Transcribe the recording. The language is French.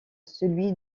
celui